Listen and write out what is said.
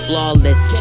Flawless